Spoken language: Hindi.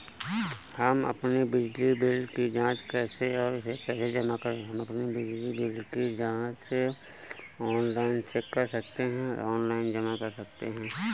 हम अपने बिजली बिल की जाँच कैसे और इसे कैसे जमा करें?